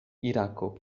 irako